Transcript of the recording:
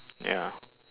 ya